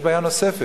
יש בעיה נוספת,